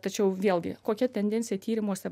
tačiau vėlgi kokia tendencija tyrimuose